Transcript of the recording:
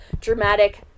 Dramatic